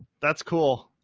that's cool.